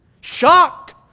shocked